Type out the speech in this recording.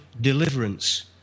deliverance